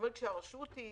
כאשר הרשות היא